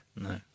No